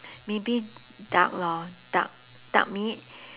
maybe duck lor duck duck meat